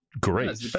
great